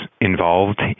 involved